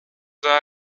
sagen